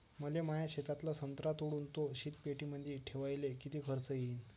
मले माया शेतातला संत्रा तोडून तो शीतपेटीमंदी ठेवायले किती खर्च येईन?